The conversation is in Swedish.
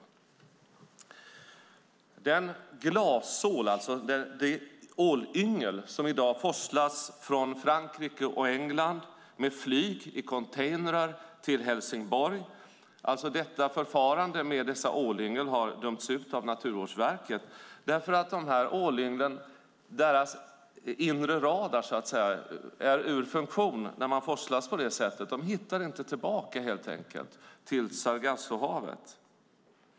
Förfarandet med den glasål, alltså ålyngel, som i dag forslas från Frankrike till England med flyg i containrar till Helsingborg har dömts ut av Naturvårdsverket. Ålynglens inre radar hamnar ur funktion när de forslas på detta sätt. De hittar helt enkelt inte tillbaka till Sargassohavet.